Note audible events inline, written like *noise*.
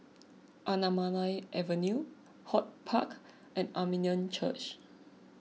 *noise* Anamalai Avenue HortPark and Armenian Church